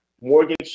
Morgan